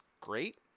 Great